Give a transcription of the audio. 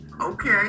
Okay